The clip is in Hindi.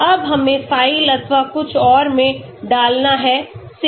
अब हमें फ़ाइल अथवा कुछ और में डालना है सेव